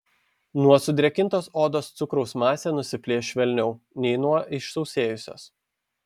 nuo sudrėkintos odos cukraus masė nusiplėš švelniau nei nuo išsausėjusios